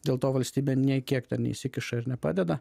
dėl to valstybė nei kiek ten neįsikiša ir nepadeda